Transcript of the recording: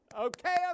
okay